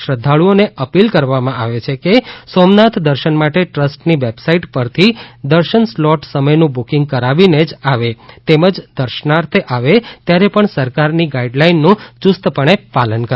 શ્રધ્ધાળુઓને અપીલ કરવામાં આવે છે કે સોમનાથ દર્શન માટે ટ્રસ્ટની વેબસાઇટ પરથી દર્શન સ્લોટ સમયનું બુકિંગ કરાવીને જ આવે તેમજ દર્શનાર્થે આવે ત્યારે પણ સરકારની ગાઇડલાઇનનું યુસ્તપણે પાલન કરે